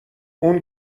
اون